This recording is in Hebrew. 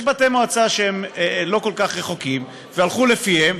יש בתי מועצה שהם לא כל כך רחוקים, והלכו לפיהם,